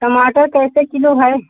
टमाटर कैसे किलो है